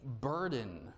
burden